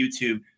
YouTube